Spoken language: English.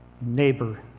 neighbor